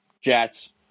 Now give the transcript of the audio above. Jets